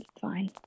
fine